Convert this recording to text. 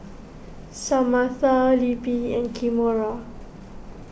Samatha Libby and Kimora